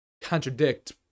contradict